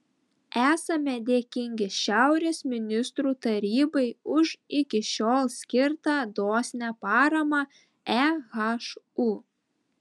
esame dėkingi šiaurės ministrų tarybai už iki šiol skirtą dosnią paramą ehu